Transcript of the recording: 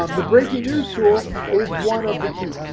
um the breaking news tool is one of the keys.